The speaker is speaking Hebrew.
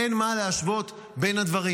אין מה להשוות בין הדברים.